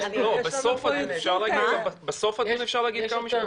בסוף הדיון אפשר להגיד כמה משפטים?